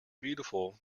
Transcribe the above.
beautiful